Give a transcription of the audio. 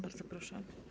Bardzo proszę.